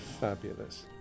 Fabulous